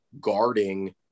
guarding